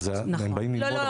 אבל הם באים ללמוד,